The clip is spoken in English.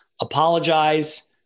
apologize